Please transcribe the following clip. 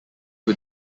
who